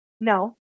No